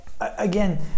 Again